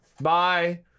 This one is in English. Bye